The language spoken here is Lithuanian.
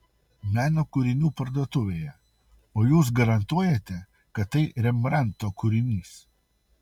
meno kūrinių parduotuvėje o jūs garantuojate kad tai rembrandto kūrinys